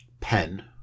pen